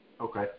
Okay